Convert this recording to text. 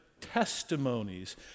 testimonies